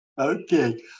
Okay